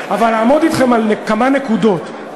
אבל לעמוד אתכם על כמה נקודות,